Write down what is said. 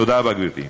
תודה רבה, גברתי.